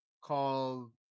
called